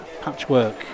patchwork